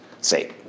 say